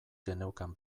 geneukan